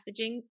messaging